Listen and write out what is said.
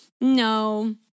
No